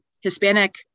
Hispanic